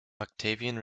octavian